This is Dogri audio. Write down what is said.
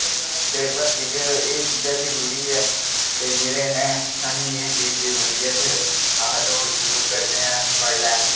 ते भर्थी च एह् चीजां जरूरी ऐ ते जेह्दै नै साह्नू एह् चीज़ जरूरी ऐ फिर अस दौड़ शुरु करनें ऐं बड्डलै